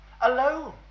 alone